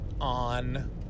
on